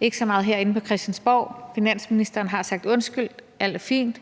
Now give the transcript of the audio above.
ikke så meget herinde på Christiansborg, for finansministeren har sagt undskyld, og alt er fint.